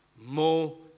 more